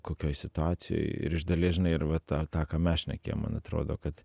kokioj situacijoj ir iš dalies žinai ir va tą tą ką mes šnekėjom man atrodo kad